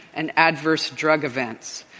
and adverse drug events.